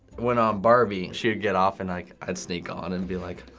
went on barbie. she would get off and like i'd sneak on and be like,